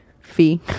fee